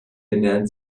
ernähren